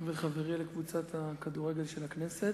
וחברי לקבוצת הכדורגל של הכנסת,